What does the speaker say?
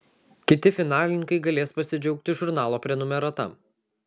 kiti finalininkai galės pasidžiaugti žurnalo prenumerata